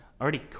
Already